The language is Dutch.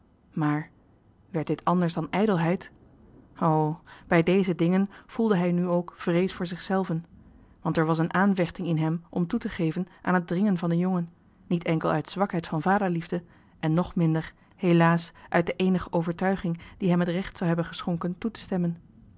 maar werd dit anders dan ijdelheid o bij deze dingen voelde hij nu ook vrees voor zichzelven want er was een aanvechting in hem om toe te geven aan het dringen van den jongen niet enkel uit zwakheid van vaderliefde en nog minder helaas uit de eenige overtuiging die hem het recht zou hebben geschonken toe te stemmen